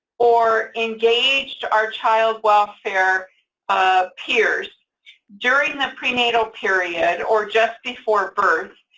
or engaged, our child welfare peers during the prenatal period, or just before birth,